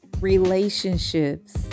relationships